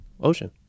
Ocean